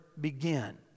begin